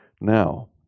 Now